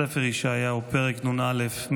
ספר ישעיהו, פרק נ"א.